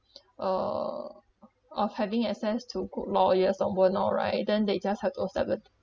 uh of having access to good lawyers or bruno right then they just have to accept it